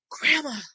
Grandma